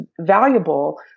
valuable